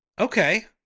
Okay